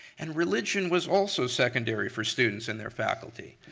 and religion was also secondary for students and their faculty.